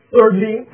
Thirdly